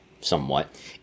Somewhat